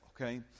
okay